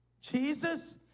Jesus